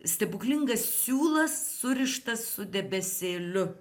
stebuklingas siūlas surištas su debesėliu